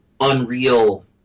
unreal